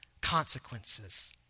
consequences